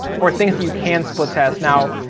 or things that you can split test. now,